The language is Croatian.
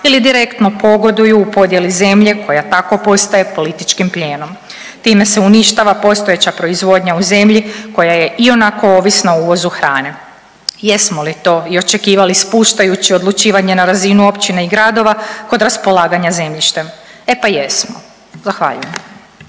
ili direktno pogoduju u podjeli zemlje koja tako postaje političkim plijenom. Time se uništava postojeća proizvodnja u zemlji koja je ionako ovisna o uvozu hrane. Jesmo li to i očekivali spuštajući odlučivanje na razinu općina i gradova kod raspolaganja zemljištem? E pa jesmo. Zahvaljujem.